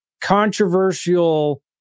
controversial